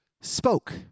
Spoke